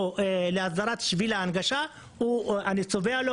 או להעברת שביל להנגשה, אני צובע לו